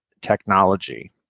technology